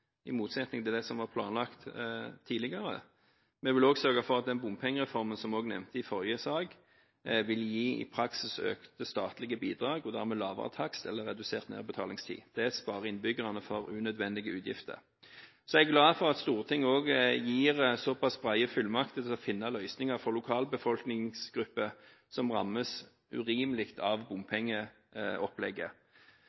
i motsetning til det som var planlagt tidligere. Vi vil også sørge for at den bompengereformen som vi også nevnte i forrige sak, i praksis vil gi økte statlige bidrag, og da har vi lavere takst eller redusert nedbetalingstid. Det sparer innbyggerne for unødvendige utgifter. Så er jeg glad for at Stortinget også gir såpass brede fullmakter til å finne løsninger for lokalbefolkningsgrupper som rammes urimelig av